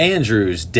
Andrew's